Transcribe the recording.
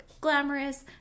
glamorous